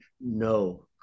no